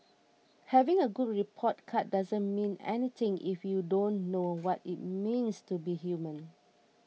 having a good report card doesn't mean anything if you don't know what it means to be human